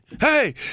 Hey